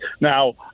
Now